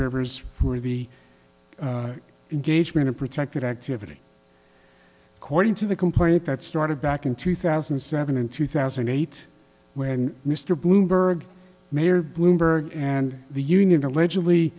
rivers who are the engagement in protected activity according to the complaint that started back in two thousand and seven and two thousand and eight when mr bloomberg mayor bloomberg and the union allegedly